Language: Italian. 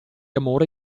amore